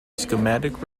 schematic